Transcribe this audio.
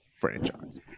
franchise